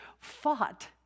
fought